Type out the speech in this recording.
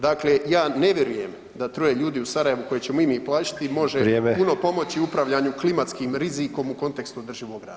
Dakle, ja ne vjerujem da troje ljudi u Sarajevu koje ćemo i mi plaćati može puno pomoći upravljanju klimatskim rizikom u kontekstu održivog razvoja.